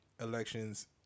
elections